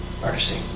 Mercy